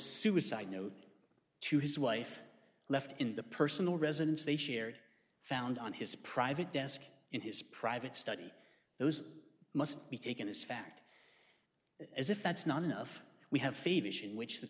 suicide note to his wife left in the personal residence they shared found on his private desk in his private study those must be taken as fact as if that's not enough we have thievish in which the